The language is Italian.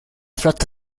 flotta